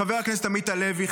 חבר הכנסת עמית הלוי,